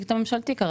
את הממשלתי.